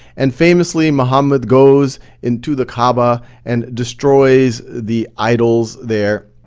and famously muhammed goes into the kaaba and destroys the idols there.